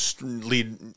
lead